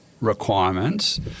requirements